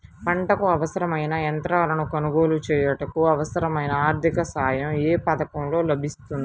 పంటకు అవసరమైన యంత్రాలను కొనగోలు చేయుటకు, అవసరమైన ఆర్థిక సాయం యే పథకంలో లభిస్తుంది?